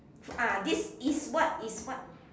ah this is what is what